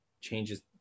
changes